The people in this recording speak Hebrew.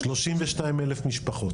32 אלף משפחות.